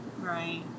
right